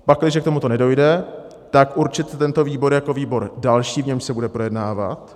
Pakliže k tomuto nedojde, tak určit tento výbor jako výbor další, v němž se bude projednávat.